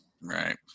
Right